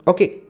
Okay